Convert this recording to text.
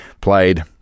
Played